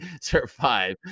survive